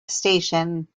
station